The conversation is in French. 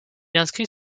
inscrit